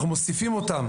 אנחנו מוסיפים אותן.